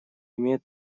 имеет